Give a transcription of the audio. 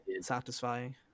satisfying